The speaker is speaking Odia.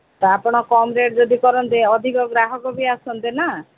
ତ ଆପଣ କମ୍ ରେଟ ଯଦି କରନ୍ତେ ଅଧିକ ଗ୍ରାହକ ବି ଆସନ୍ତେ ନା